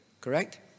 correct